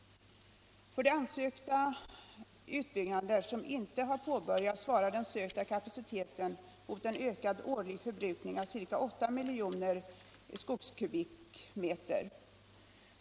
För de ansökta utbyggnader som inte har påbörjats svarar den sökta kapaciteten mot en ökad årlig förbrukning av ca 8 miljoner skogskubikmeter.